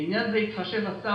לעניין זה יתחשב השר,